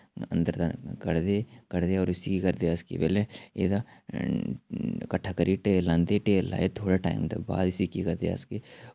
अंदर दा कढदे कढदे और इस्सी केह् करदे अस कि पैह्लें एह्दा किट्ठा करियै ढेर लांदे ढेर लाए थोह्ड़ा टाइम दे बाद इस्सी केह् करदे अस कि